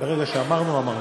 ברגע שאמרנו, אמרנו.